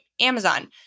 Amazon